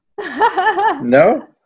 No